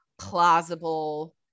plausible